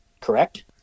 correct